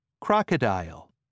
Crocodile